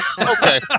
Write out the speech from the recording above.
Okay